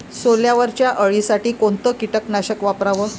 सोल्यावरच्या अळीसाठी कोनतं कीटकनाशक वापराव?